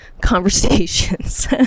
conversations